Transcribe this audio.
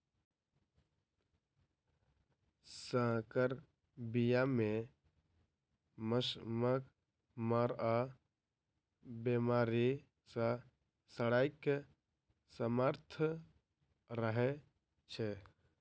सँकर बीया मे मौसमक मार आ बेमारी सँ लड़ैक सामर्थ रहै छै